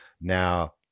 Now